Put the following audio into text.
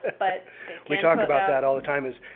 but we talk about that all the time is,